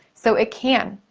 so, it can.